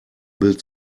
bild